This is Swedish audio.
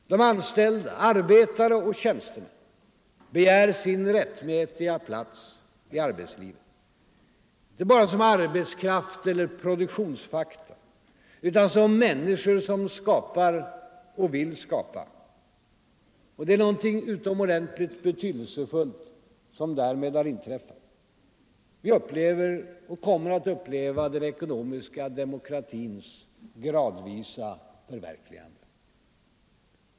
De anställda, arbetare och tjänstemän, begär sin rättmätiga plats i arbetslivet, inte bara som arbetskraft eller produktionsfaktorer utan som människor som skapar och vill skapa. Det är någonting utomordentligt betydelsefullt som därmed har inträffat. Vi upplever och kommer att uppleva den ekonomiska demokratins gradvisa förverkligande.